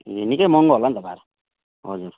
ए निकै महँगो होला नि त भाडा हजुर